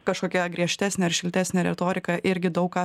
kažkokia griežtesnė ar šiltesnė retorika irgi daug ką